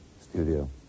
studio